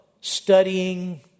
studying